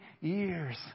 years